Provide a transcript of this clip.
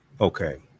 Okay